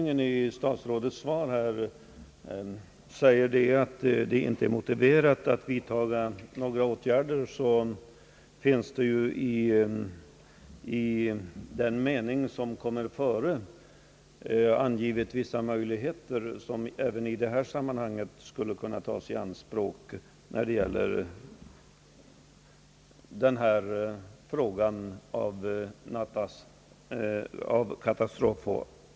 Även om statsrådet i avslutningen av sitt svar säger att det inte är motiverat att vidtaga någon åtgärd i denna fråga har dock i det avsnitt som kommer närmast före denna avslutande mening angetts vissa möjligheter som står till buds även när det gäller att få ersättning för skador på grund av naturkatastrofer.